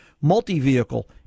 multi-vehicle